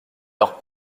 leurs